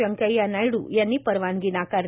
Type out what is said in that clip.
व्यंकय्या नायड्र यांनी परवानगी नाकारली